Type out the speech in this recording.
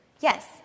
Yes